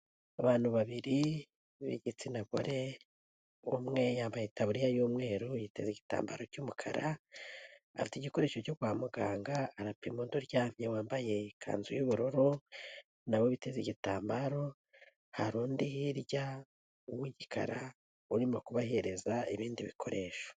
Abantu babiri b'igitsina gore umwe yambaye itaburiya y'umweru yiteza igitambaro cy'umukara, afite igikoresho cyo kwa muganga arapima undi uryamye wambaye ikanzu y'ubururu nawe witeze igitambaro, hari undi hirya w'igikara urimo kubahereza ibindi bikoresho.